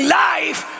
life